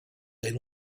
they